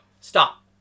stop